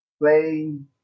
playing